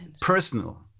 personal